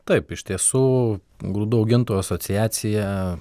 taip iš tiesų grūdų augintojų asociacija